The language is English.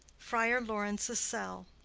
friar laurence's cell.